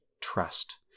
trust